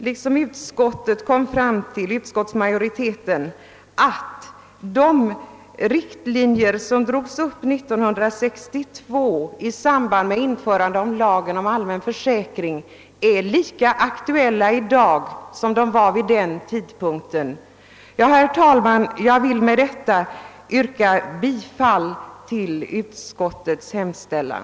Liksom utskottsmajoriteten anser även jag att de riktlinjer, som i samband med införande av lagen om allmän försäkring drogs upp 1962, är lika aktuella i dag som de var då. Herr talman! Jag vill med dessa ord yrka bifall till utskottets hemställan.